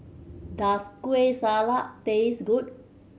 does Kueh Salat taste good